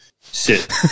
sit